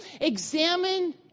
examine